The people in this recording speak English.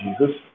Jesus